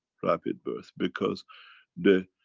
rapid birth. because the.